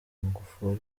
magufuli